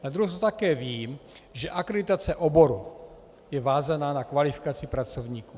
Na druhou stranu také vím, že akreditace oboru je vázaná na kvalifikaci pracovníků.